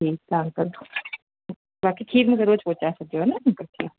ठीकु आहे अंकल तव्हां किथे बि मूंखे रोज पहुंचाए छॾिजो हा न अंकल खीर